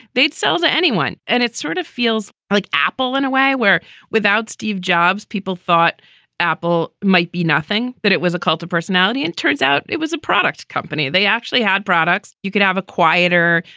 they'd sell to anyone. and it sort of feels like apple in a way where without steve jobs, people thought apple might be nothing, that it was a cult of personality. and turns out it was a product company. they actually had products. you can have a quieter,